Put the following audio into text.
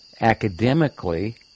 academically